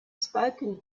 spoken